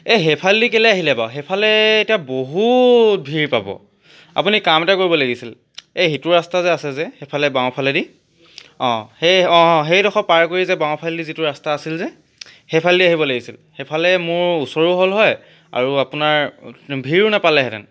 এই সেইফালেদি কেলৈ আহিলে বাৰু সেইফালে এতিয়া বহু ভিৰ পাব আপুনি কাম এটা কৰিব লাগিছিল এই সিটো ৰাস্তা যে আছে যে সিফালে বাওঁফালেদি অঁ সেই অঁ সেইডোখৰ পাৰ কৰি বাওঁফালেদি যে যিটো ৰাস্তা আছিল যে সেইফালেদি আহিব লাগিছিল সেইফালে মোৰ ওচৰো হ'ল হয় আৰু আপোনাৰ ভিৰো নেপালেহেঁতেন